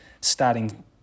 starting